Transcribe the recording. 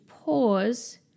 pause